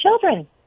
children